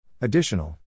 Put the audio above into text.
additional